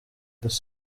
dos